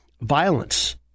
violence